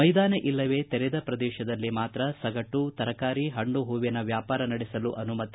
ಮೈದಾನ ಇಲ್ಲವೇ ತೆರೆದ ಪ್ರದೇಶದಲ್ಲಿ ಮಾತ್ರ ಸಗಟು ತರಕಾರಿದಣ್ಣುಹೂವಿನ ವ್ಹಾಪಾರ ನಡೆಸಲು ಅನುಮತಿ